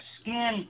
skin